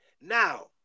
Now